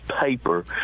paper